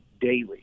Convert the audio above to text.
daily